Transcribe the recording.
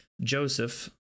Joseph